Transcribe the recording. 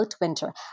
winter